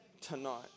Tonight